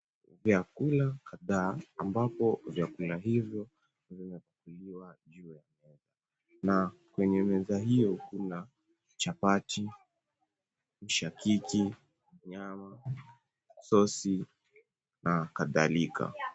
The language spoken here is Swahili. Vyakula kadhaa, ambapo vyakula hivyo vimepakuliwa juu ya meza. Na kwenye meza hiyo kuna; chapati, mishakiki, nyama, sosi, na kadhalika.